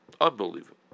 Unbelievable